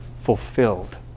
fulfilled